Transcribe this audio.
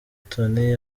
tonny